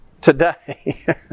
Today